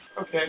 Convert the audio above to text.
Okay